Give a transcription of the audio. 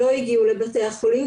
הם לא הגיעו לבתי החולים,